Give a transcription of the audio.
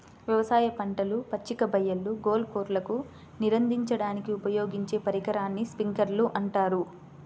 వ్యవసాయ పంటలు, పచ్చిక బయళ్ళు, గోల్ఫ్ కోర్స్లకు నీరందించడానికి ఉపయోగించే పరికరాన్ని స్ప్రింక్లర్ అంటారు